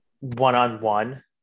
one-on-one